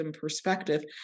perspective